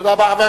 תודה רבה.